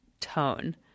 tone